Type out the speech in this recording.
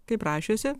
kaip rašiusi